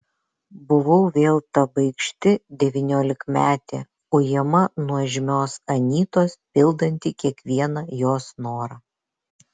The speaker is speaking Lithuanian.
buvau vėl ta baikšti devyniolikmetė ujama nuožmios anytos pildanti kiekvieną jos norą